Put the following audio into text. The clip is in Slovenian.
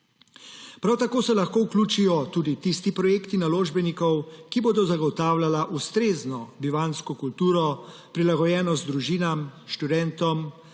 Prav tako se lahko vključijo tudi tisti projekti naložbenikov, ki bodo zagotavljali ustrezno bivanjsko kulturo, prilagojeno družinam, študentom,